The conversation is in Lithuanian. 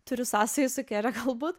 turiu sąsajų su galbūt